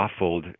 waffled